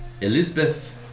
Elizabeth